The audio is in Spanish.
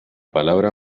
palabra